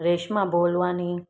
Reshma Bolwani